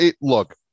Look